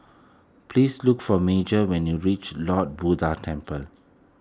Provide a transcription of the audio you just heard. please look for Major when you reach Lord Buddha Temple